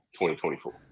2024